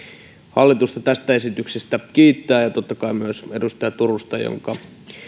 hallitusta tästä esityksestä kiittää ja totta kai myös edustaja turusta jonka